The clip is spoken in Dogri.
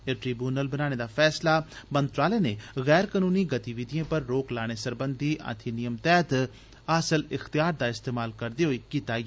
एह् ट्रिब्यूनल बनाने दा फैसला मंत्रालय नै गैर कनूनी गतिविधिएं पर रोक लाने सरबंधी अधिनियम तैह्त हासल इख्तयार दा इस्तेमाल करदे होई कीता ऐ